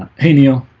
hey neil,